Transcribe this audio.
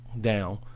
down